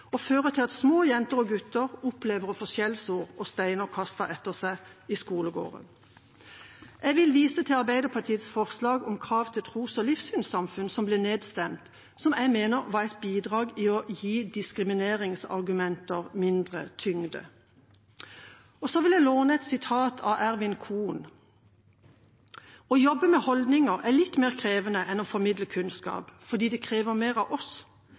og fører til at små jenter og gutter opplever å få skjellsord og steiner kastet etter seg i skolegården. Jeg vil vise til Arbeiderpartiets forslag om krav til tros- og livssynssamfunn, som jeg mener var et bidrag til å gi diskrimineringsargumenter mindre tyngde, men som ble nedstemt. Jeg vil sitere Ervin Kohn: «Å jobbe med holdninger er litt mer krevende enn å formidle kunnskap, fordi det krever mer av oss.